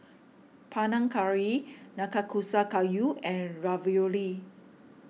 Panang Curry Nanakusa Gayu and Ravioli